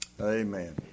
Amen